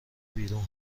بیرون